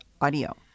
audio